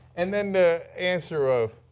and then the answer of,